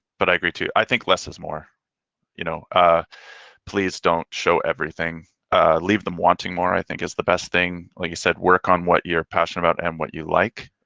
but i agree too, i think less is more you know ah please don't show everything leave them wanting more, i think is the best thing. like you said work on what you're passionate about and what you like